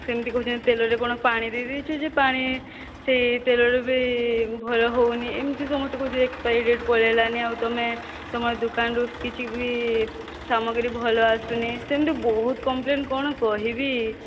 ସେମିତି କହୁଛନ୍ତି ତେଲରେ କ'ଣ ପାଣି ଦେଇଦେଇଛୁ ଯେ ପାଣି ସେହି ତେଲରେ ବି ଭଲ ହେଉନି ଏମିତି ସମସ୍ତେ କହୁଛନ୍ତି ଏକ୍ସପାଏରି ଡେଟ ପଳାଇଲାଣି ଆଉ ତମେ ତୁମର ଦୁକାନରୁ କିଛିବି ସାମଗ୍ରୀ ଭଲ ଆସୁନି ସେମିତି ବହୁତ କମପ୍ଳେନ କ'ଣ କହିବି